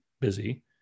busy